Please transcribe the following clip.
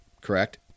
correct